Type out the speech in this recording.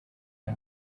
eye